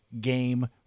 Game